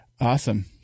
Awesome